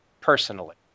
personally